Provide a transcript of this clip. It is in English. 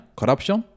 corruption